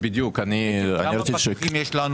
כמה פקחים יש לנו